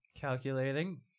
Calculating